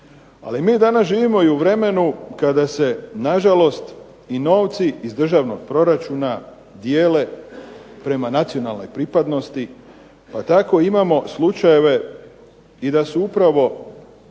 Ali mi danas živimo u vremenu kada se na žalost novci iz državnog proračuna dijele prema nacionalnoj pripadnosti, pa tako imamo slučajeve da su općine,